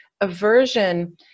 Aversion